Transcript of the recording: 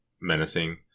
menacing